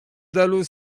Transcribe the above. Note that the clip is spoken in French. dalloz